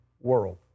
world